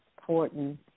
important